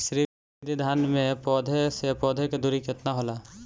श्री विधि धान में पौधे से पौधे के दुरी केतना होला?